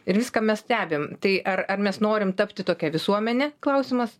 ir viską mes stebim tai ar ar mes norim tapti tokia visuomene klausimas